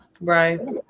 Right